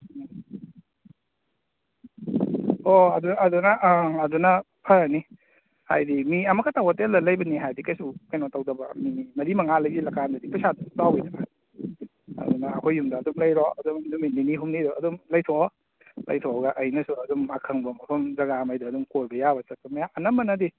ꯎꯝ ꯍꯣꯏ ꯍꯣꯏ ꯑꯗꯨꯅ ꯑꯥ ꯑꯗꯨꯅ ꯐꯔꯅꯤ ꯍꯥꯏꯗꯤ ꯃꯤ ꯑꯃꯈꯛꯇ ꯍꯣꯇꯦꯜꯗ ꯂꯩꯕꯅꯤ ꯍꯥꯏꯔꯗꯤ ꯀꯩꯁꯨ ꯀꯩꯅꯣ ꯇꯧꯗꯕ ꯃꯤ ꯃꯔꯤ ꯃꯉꯥ ꯂꯩꯁꯤꯜꯂ ꯀꯥꯟꯗꯗꯤ ꯄꯩꯁꯥꯗꯨ ꯆꯥꯎꯋꯤꯗꯅ ꯑꯗꯨꯅ ꯑꯩꯈꯣꯏ ꯌꯨꯝꯗ ꯑꯗꯨꯝ ꯂꯩꯔꯣ ꯑꯗꯨꯝ ꯅꯨꯃꯤꯠ ꯅꯤꯅꯤ ꯍꯨꯝꯅꯤꯗꯨ ꯑꯗꯨꯝ ꯂꯩꯊꯣꯛꯑꯣ ꯂꯩꯊꯣꯛꯑꯒ ꯑꯩꯅꯁꯨ ꯑꯗꯨꯝ ꯑꯈꯪꯕ ꯃꯐꯝ ꯖꯒꯥꯉꯩꯗꯣ ꯑꯗꯨꯝ ꯀꯣꯏꯕ ꯌꯥꯕ ꯆꯠꯄ ꯃꯌꯥꯝ ꯑꯅꯝꯕꯅꯗꯤ